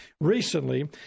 recently